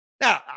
Now